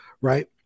right